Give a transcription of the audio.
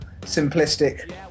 simplistic